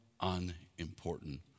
unimportant